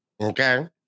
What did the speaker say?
Okay